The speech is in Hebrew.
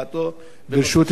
ברשות יושב-ראש הישיבה,